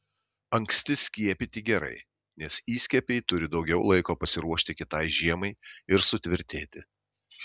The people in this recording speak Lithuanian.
anksti skiepyti gerai nes įskiepiai turi daugiau laiko pasiruošti kitai žiemai ir sutvirtėti